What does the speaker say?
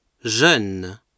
Jeune